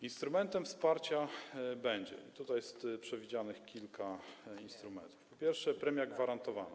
Instrumentem wsparcia będzie - i tutaj jest przewidzianych kilka instrumentów - po pierwsze, premia gwarantowana.